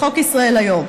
חוק ישראל היום.